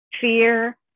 fear